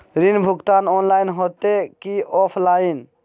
ऋण भुगतान ऑनलाइन होते की ऑफलाइन?